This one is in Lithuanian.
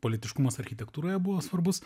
politiškumas architektūroje buvo svarbus